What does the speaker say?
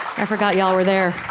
i forgot you all were there